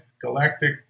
galactic